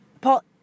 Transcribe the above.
Paul